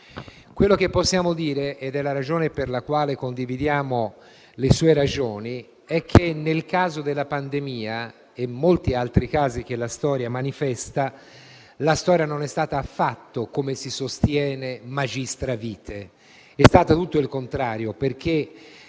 le sue motivazioni - è che nel caso della pandemia e in molti altri casi che la storia manifesta, la storia non è stata affatto - come si sostiene - *magistra vitae*, ma è stato tutto il contrario, perché